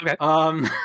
Okay